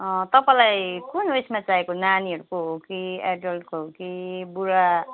तपाईँलाई कुन ऊ यसमा चाहिएको नानीहरूको हो कि एडल्टको हो कि बुढा